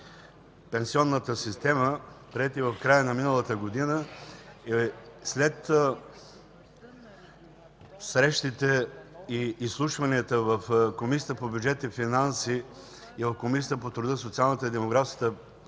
пенсионната система, приети в края на миналата година, след срещите и изслушванията в Комисията по бюджет и финанси и в Комисията по труда, социалната и демографската